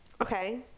okay